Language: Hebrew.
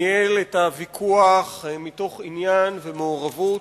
ניהל את הוויכוח מתוך עניין ומעורבות.